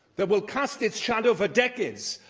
that will cast its shadow for decades,